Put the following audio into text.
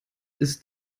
ist